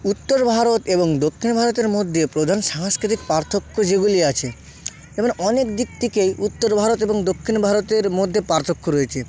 উত্তর ভারত এবং দক্ষিণ ভারতের মধ্যে প্রধান সাংস্কৃতিক পার্থক্য যেগুলি আছে এগুলো অনেক দিক থেকেই উত্তর ভারত এবং দক্ষিণ ভারতের মধ্যে পার্থক্য রয়েছে